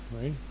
right